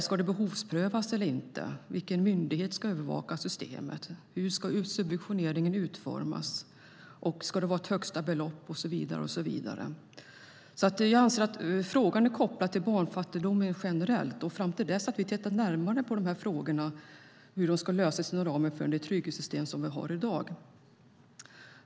Ska det behovsprövas eller inte, vilken myndighet ska övervaka systemet, hur ska subventionen utformas, ska det vara ett högsta belopp och så vidare? Jag anser att frågan är kopplad till barnfattigdom generellt, och fram till dess att vi har tittat närmare på det måste frågan lösas inom ramen för de trygghetssystem vi har i dag.